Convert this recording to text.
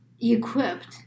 equipped